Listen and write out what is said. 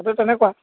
কথাটো তেনেকুৱা